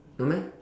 no meh